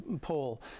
poll